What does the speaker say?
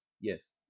Yes